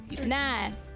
Nine